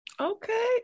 okay